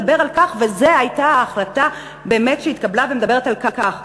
וזו הייתה ההחלטה באמת שהתקבלה ומדברת על כך.